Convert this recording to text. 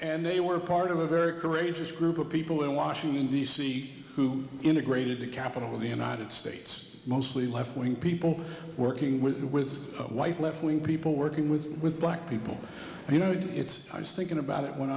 they were part of a very courageous group of people in washington d c who integrated the capital of the united states mostly left wing people working with you with white left wing people working with with black people you know it's i was thinking about it when